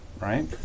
right